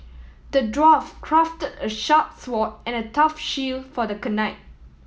the dwarf crafted a sharp sword and a tough shield for the knight